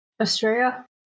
Australia